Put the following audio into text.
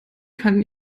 kann